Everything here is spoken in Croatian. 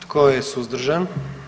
Tko je suzdržan?